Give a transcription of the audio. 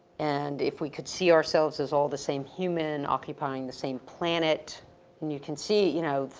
and if we could see ourselves as all the same human occupying the same planet and you can see you know,